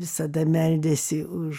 visada meldėsi už